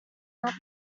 not